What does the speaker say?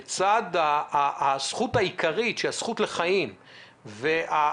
לצד הזכות העיקרית שהיא הזכות לחיים והמלחמה